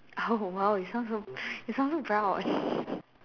oh !wow! you sound so you sound proud